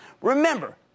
Remember